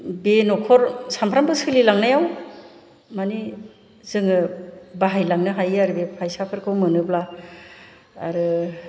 बे न'खर सानफ्रामबो सोलिलांनायाव मानि जोङो बाहायलांनो हायो आरो बे फैसाफोरखौ मोनोब्ला आरो